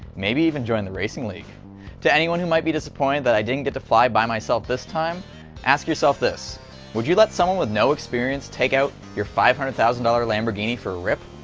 maybe even join the racing league to anyone who may be disappointed that i didn't get to fly by myself this time ask yourself this would you let someone with no experience take out you five hundred thousand dollars lamborghini for a rip?